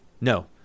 No